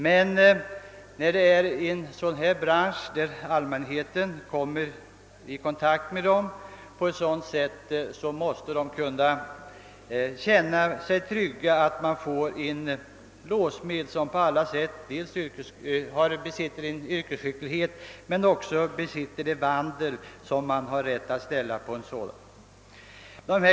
Men allmänheten måste när den tar kontakt med en låssmed kunna känna sig trygg för att vederbörande dels besitter yrkesskicklighet, dels har den vandel som man har rätt att kräva av en utövare av detta yrke.